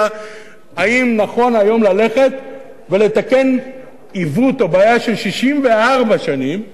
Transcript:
האם נכון היום ללכת ולתקן עיוות או בעיה של 64 שנים